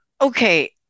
Okay